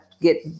get